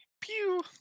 Pew